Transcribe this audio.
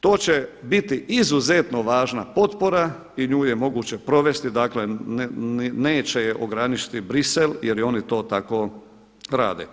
To će biti izuzetno važna potpora i nju je moguće provesti, dakle neće je ograničiti Bruxelles jer i oni to tako rade.